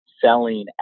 selling